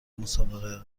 مسابقه